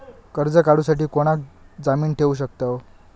कर्ज काढूसाठी कोणाक जामीन ठेवू शकतव?